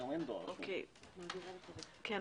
בבקשה.